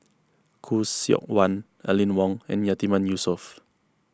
Khoo Seok Wan Aline Wong and Yatiman Yusof